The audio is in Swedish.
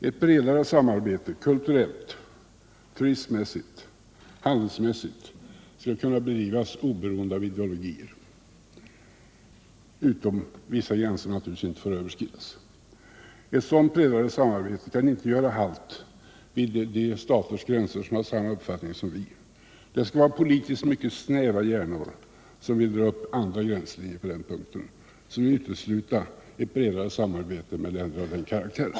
Ett bredare samarbete kulturellt, turistmässigt och handelsmässigt borde kunna bedrivas oberoende av ideologier, bortsett från att vissa gränser naturligtvis inte får överskridas. Ett sådant bredare samarbete kan inte göra halt vid de staters gränser som inte har samma uppfattning som vi. Det skall vara politiskt mycket snäva hjärnor som vill dra upp andra gränser än vi i det avseendet, som vill utesluta ett bredare samarbete med länder av den karaktären.